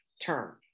term